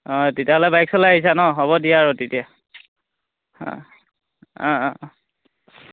অঁ তেতিয়াহ'লে বাইক চলাই আহিছে ন হ'ব দিয়া আৰু তেতিয়া